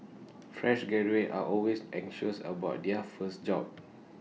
fresh graduates are always anxious about their first job